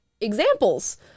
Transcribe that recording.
examples